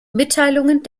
mitteilungen